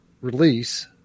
release